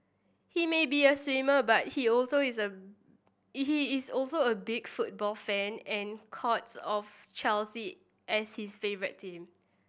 he may be a swimmer but he is also is a he is also a big football fan and counts of Chelsea as his favourite team